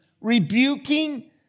rebuking